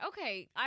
Okay